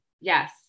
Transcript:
Yes